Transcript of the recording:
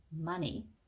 money